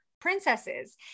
princesses